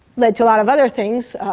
led to a lot of other things,